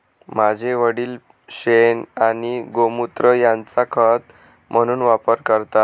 माझे वडील शेण आणि गोमुत्र यांचा खत म्हणून वापर करतात